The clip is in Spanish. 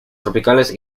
tropicales